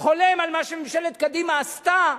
חולם על מה שממשלת קדימה עשתה,